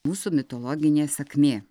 mūsų mitologinė sakmė